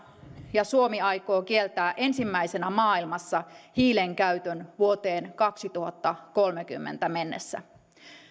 ja suomi aikoo kieltää ensimmäisenä maailmassa hiilenkäytön vuoteen kaksituhattakolmekymmentä mennessä